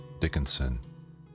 Dickinson